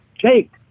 Jake